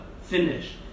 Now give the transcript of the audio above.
finish